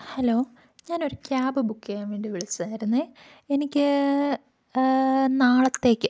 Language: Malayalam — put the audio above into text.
ഹലോ ഞാൻ ഒരു ക്യാബ് ബൂക്ക് ചെയ്യാൻ വേണ്ടി വിളിച്ചതായായിരുന്നു എനിക്ക് നാളത്തേക്ക്